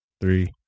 three